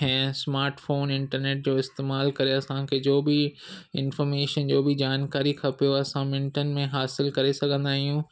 हे smartphone internet जो इस्तमालु करे असांखे जो बि इंफर्मेशन जो बि जानकारी खपे उहा असां मिन्टनि में हासिलु करे सघंदा आहियूं